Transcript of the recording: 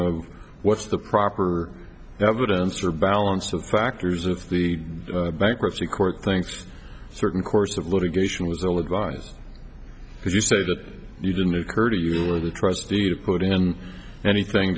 of what's the proper evidence or balance of factors if the bankruptcy court thinks a certain course of litigation was the advice because you said that you didn't occur to you or the trustee to put in anything